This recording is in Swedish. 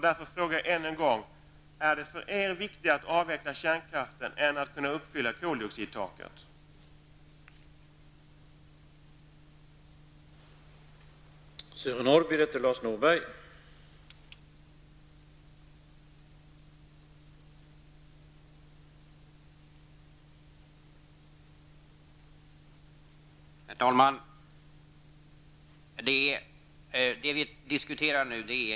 Därför frågar jag än en gång: Är det för er viktigare att avveckla kärnkraften än att kunna uppfylla målsättningen som gäller koldioxidtaket?